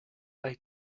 day